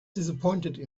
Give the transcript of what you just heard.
disappointed